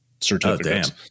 certificates